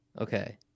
Okay